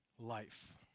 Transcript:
Life